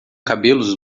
cabelos